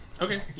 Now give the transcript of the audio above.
Okay